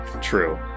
True